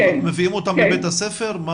מביאים אותם לבית הספר?